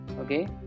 okay